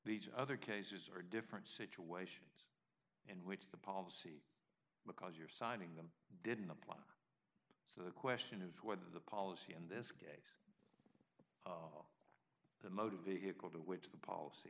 these other cases are different situations in which the policy because you're signing them didn't apply so the question of whether the policy in this case the motor vehicle to which the policy